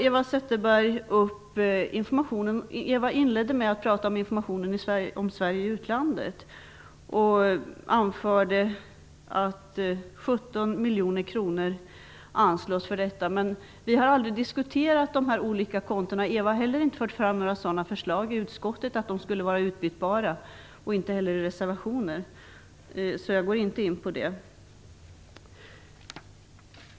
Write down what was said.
Eva Zetterberg inledde med att prata om informationen om Sverige i utlandet och anförde att 17 miljoner kronor anslås för detta. Men vi har aldrig diskuterat dessa olika konton. Eva Zetterberg har heller inte fört fram några sådana förslag i utskottet eller i någon reservation framfört att de skulle vara utbytbara. Jag går inte in på det.